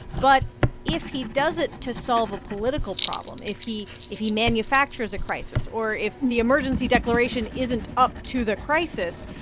but if he does it to solve a political problem, if he if he manufactures a crisis or if the emergency declaration isn't up to the crisis,